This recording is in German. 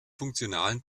funktionalen